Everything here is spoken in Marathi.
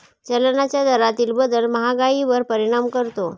चलनाच्या दरातील बदल महागाईवर परिणाम करतो